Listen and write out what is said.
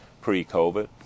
pre-COVID